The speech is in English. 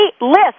list